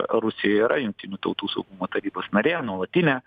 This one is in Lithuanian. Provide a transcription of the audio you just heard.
rusija yra jungtinių tautų saugumo tarybos narė nuolatinė